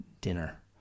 dinner